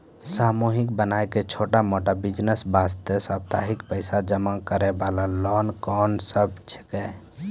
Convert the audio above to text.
समूह बनाय के छोटा मोटा बिज़नेस वास्ते साप्ताहिक पैसा जमा करे वाला लोन कोंन सब छीके?